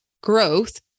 growth